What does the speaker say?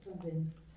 convinced